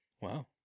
Wow